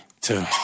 two